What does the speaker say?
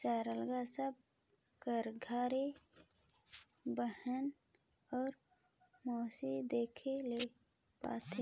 सरलग सब कर घरे बहना अउ मूसर देखे ले पाते